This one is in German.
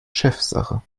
chefsache